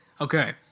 Okay